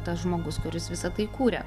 tas žmogus kuris visa tai kūrė